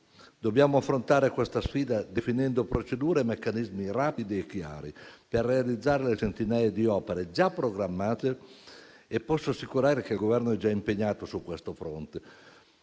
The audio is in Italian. Dobbiamo affrontare questa sfida definendo procedure e meccanismi rapidi e chiari, per realizzare le centinaia di opere già programmate. Posso assicurare che il Governo è già impegnato su questo fronte